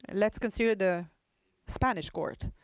let's consider the spanish court.